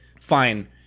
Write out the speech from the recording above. fine